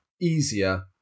easier